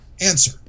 answer